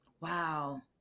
wow